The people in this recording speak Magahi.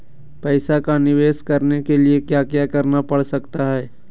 पैसा का निवेस करने के लिए क्या क्या करना पड़ सकता है?